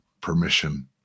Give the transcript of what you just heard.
permission